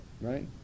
right